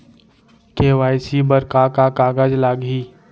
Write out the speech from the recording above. KYC बर का का कागज लागही?